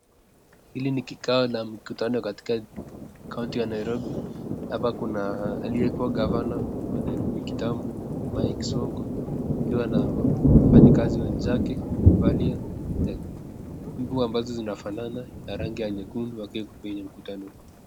hili ni kikao la mkutano katika county ya Nairobi, hapa kuna aliyekuwa governor wa Nairobi kitambo, Mike Sonko akiwa na wafanyikazi wenzake wakiwa wamevalia nguo ambazo zinafanana ya rangi ya nyekundu wakiwa kwenye mkutano.